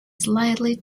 slightly